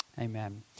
amen